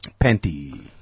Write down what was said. Panty